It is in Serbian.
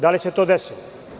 Da li se to desilo?